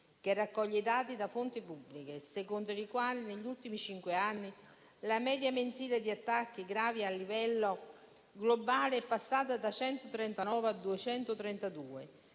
che raccoglie i dati da fonti pubbliche, secondo le quali, negli ultimi cinque anni, la media mensile di attacchi gravi a livello globale è passata da 139 a 232.